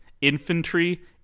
infantry